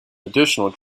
additional